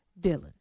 Dylan